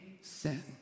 sin